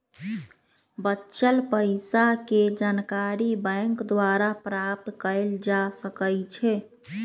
बच्चल पइसाके जानकारी बैंक द्वारा प्राप्त कएल जा सकइ छै